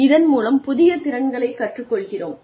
இதன் மூலம் புதிய திறன்களைக் கற்றுக் கொள்கிறோம்